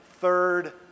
third